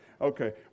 Okay